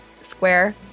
square